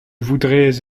voudrais